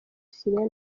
syria